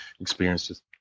experiences